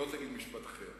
ואני לא רוצה להגיד משפט אחר.